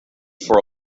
for